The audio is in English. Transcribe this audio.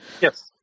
Yes